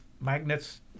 magnets